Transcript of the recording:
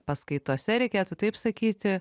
paskaitose reikėtų taip sakyti